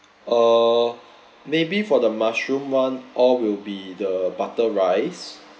uh maybe for the mushroom one all will be the butter rice